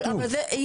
אבל זה,